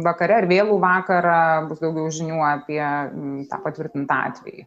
vakare ar vėlų vakarą bus daugiau žinių apie tą patvirtintą atvejį